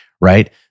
right